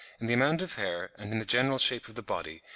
in the amount of hair, and in the general shape of the body,